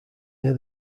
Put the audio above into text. near